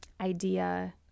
idea